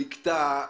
שנקטע,